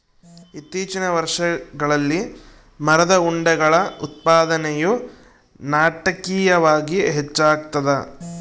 ಇತ್ತೀಚಿನ ವರ್ಷಗಳಲ್ಲಿ ಮರದ ಉಂಡೆಗಳ ಉತ್ಪಾದನೆಯು ನಾಟಕೀಯವಾಗಿ ಹೆಚ್ಚಾಗ್ತದ